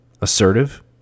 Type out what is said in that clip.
Assertive